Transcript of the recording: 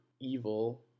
evil